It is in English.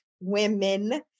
women